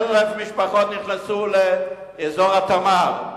1,000 משפחות נכנסו לאזור התמר,